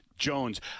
Jones